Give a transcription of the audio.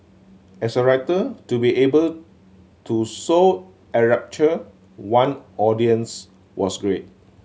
as a writer to be able to so enrapture one audience was great